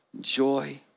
joy